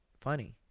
funny